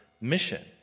mission